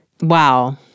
Wow